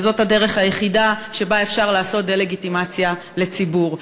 וזאת הדרך היחידה שבה אפשר לעשות דה-לגיטימציה לציבור.